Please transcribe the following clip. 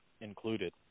included